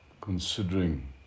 considering